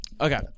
Okay